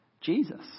Jesus